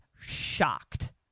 shocked